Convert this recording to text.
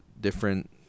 different